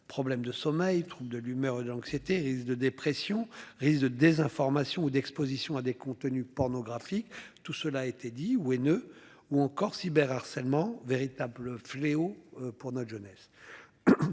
Problèmes de sommeil, trouble de l'humeur, donc c'était de dépression risque de désinformation ou d'Exposition à des contenus pornographiques. Tout cela a été dit ou haineux ou encore cyber harcèlement véritable fléau pour notre jeunesse.